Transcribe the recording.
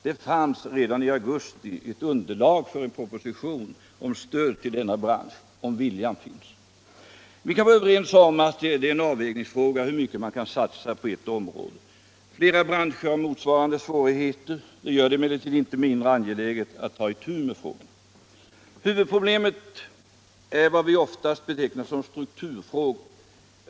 Det fanns redan i augusti ett underlag för en proposition om stöd till denna bransch - om viljan finns. | Vi kan vara överens om att det är en avvägningsfråga hur mycket man kan satsa på ett område. Flera branscher har motsvarande svårigheter. Det gör det emellertid inte mindre angeläget att ta itu med frågorna. Huvudproblemet är vad vi oftast betecknar som strukturfrågor.